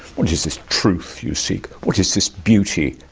what is this truth you seek? what is this beauty?